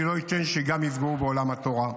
אני לא אתן שיפגעו בעולם התורה.